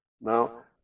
Now